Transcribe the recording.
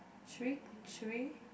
should we should we